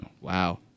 Wow